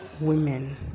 women